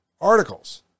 articles